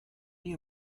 you